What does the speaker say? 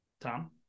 tom